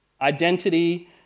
Identity